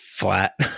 flat